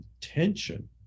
tension